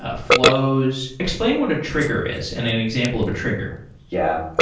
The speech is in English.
ah flows. explain what a trigger is and an example of a trigger yeah.